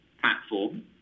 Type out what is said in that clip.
platform